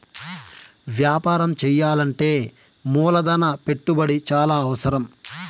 వ్యాపారం చేయాలంటే మూలధన పెట్టుబడి చాలా అవసరం